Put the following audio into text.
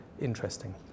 interesting